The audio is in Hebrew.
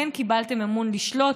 כן קיבלתם אמון לשלוט,